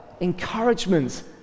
encouragement